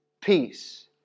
peace